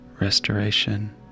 restoration